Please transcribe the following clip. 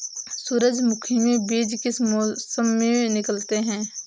सूरजमुखी में बीज किस मौसम में निकलते हैं?